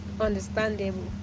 understandable